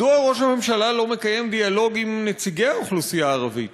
מדוע ראש הממשלה לא מקיים דיאלוג עם נציגי האוכלוסייה הערבית?